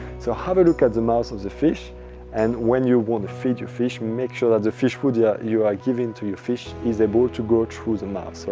so have a look at the mouth of the fish and when you want to feed your fish make sure that the fish food yeah you are giving to your fish is able to go through the mouth, so